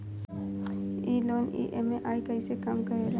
ई loan EMI कईसे काम करेला?